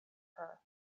her